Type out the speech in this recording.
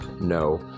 no